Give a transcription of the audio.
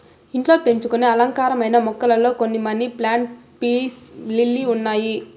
ఇంట్లో పెంచుకొనే అలంకారమైన మొక్కలలో కొన్ని మనీ ప్లాంట్, పీస్ లిల్లీ ఉన్నాయి